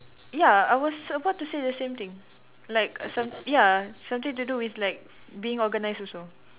ya I was about to say the same thing like some ya something to do with like being organised also